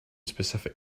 specific